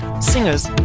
singers